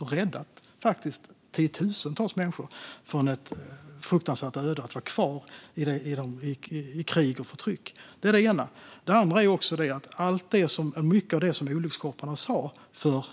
Vi har räddat tiotusentals människor från ett fruktansvärt öde: att vara kvar i krig och förtryck. Det andra är att mycket av det som olyckskorparna sa för